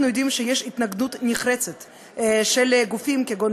אנחנו יודעים שיש התנגדות נחרצת של גופים כגון